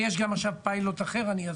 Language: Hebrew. יש עכשיו פיילוט אחר, אני אסביר.